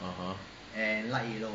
(uh huh)